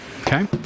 Okay